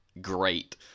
great